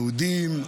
יהודים,